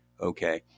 Okay